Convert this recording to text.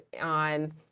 on